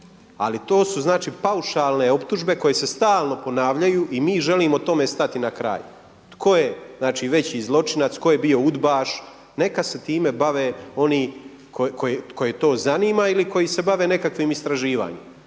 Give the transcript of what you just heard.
ali to su možda paušalne optužbe koje se stalno ponavljaju i mi želimo tome stati na kraj. Tko je veći zločinac, tko je bio udbaš, neka se time bave oni koje to zanima ili koji se bave nekakvim istraživanjem.